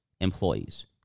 employees